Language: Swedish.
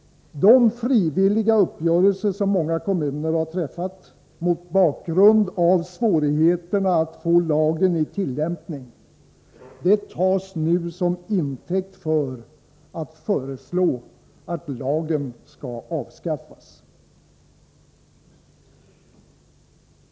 De frivilliga uppgörelser som många kommuner har träffat mot bakgrund av svårigheterna att få lagen i tillämpning tar man nu som intäkt för att föreslå att lagen avskaffas.